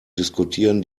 diskutieren